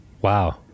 wow